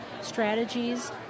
strategies